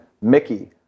Mickey